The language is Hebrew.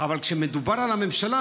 אבל כשמדובר על הממשלה,